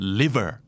liver